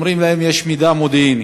אומרים להם: יש מידע מודיעיני.